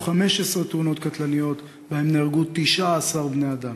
15 תאונות קטלניות ונהרגו בהן 19 בני-אדם.